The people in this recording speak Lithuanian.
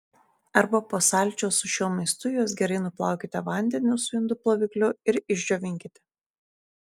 arba po sąlyčio su šiuo maistu juos gerai nuplaukite vandeniu su indų plovikliu ir išdžiovinkite